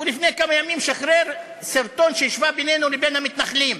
לפני כמה ימים הוא שחרר סרטון שהשווה בינינו לבין המתנחלים,